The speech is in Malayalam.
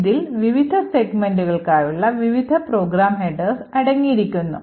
ഇതിൽ വിവിധ സെഗ്മെന്റുകൾക്കായുള്ള വിവിധ programs headers അടങ്ങിയിരിക്കുന്നു